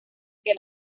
que